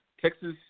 Texas